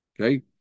Okay